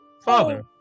father